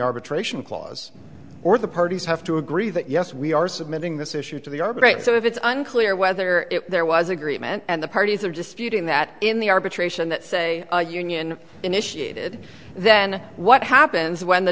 arbitration clause or the parties have to agree that yes we are submitting this issue to the our great so if it's unclear whether there was agreement and the parties are disputing that in the arbitration that say union initiated then what happens when the